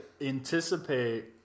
anticipate